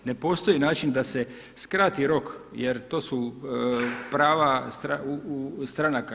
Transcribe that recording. Ne postoji način da se skrati rok, jer to su prava stranaka.